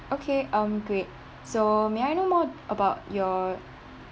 okay um great so may I know more about your